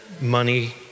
money